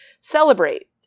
celebrate